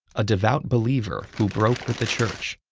a devout believer who broke with the church.